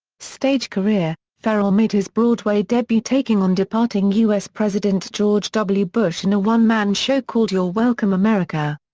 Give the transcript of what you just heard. stage career ferrell made his broadway debut taking on departing u s. president george w. bush in a one-man show called you're welcome america.